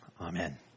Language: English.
Amen